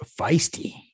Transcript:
feisty